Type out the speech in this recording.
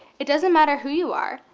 it doesn't matter who you are,